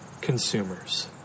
consumers